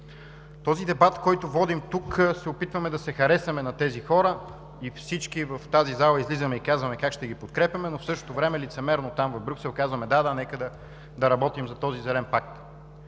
този дебат, който водим тук, се опитваме да се харесаме на тези хора, и всички в тази зала излизаме и казваме как ще ги подкрепяме, но в същото време лицемерно там, в Брюксел, казваме: да, да нека да работим за този зелен пакт.